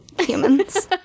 humans